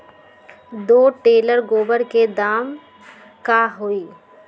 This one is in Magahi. दो टेलर गोबर के दाम का होई?